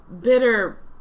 bitter